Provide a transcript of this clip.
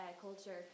culture